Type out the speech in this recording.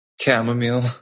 Chamomile